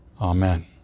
Amen